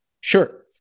Sure